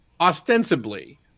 Ostensibly